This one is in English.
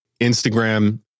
Instagram